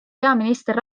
peaminister